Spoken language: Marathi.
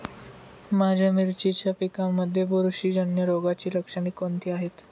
माझ्या मिरचीच्या पिकांमध्ये बुरशीजन्य रोगाची लक्षणे कोणती आहेत?